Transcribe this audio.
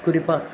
குறிப்பாக